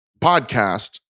podcast